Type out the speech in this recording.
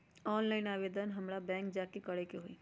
Online आवेदन हमरा bank जाके करे के होई?